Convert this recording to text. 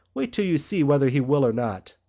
wait till you see whether he will or not.